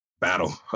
battle